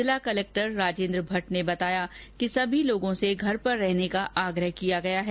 जिला कलेक्टर राजेन्द्र भट्ट ने बताया कि सभी लोगों से घर पर रहने का आग्रह किया गया है